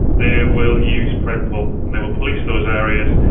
they will use predpol, and they will police those areas,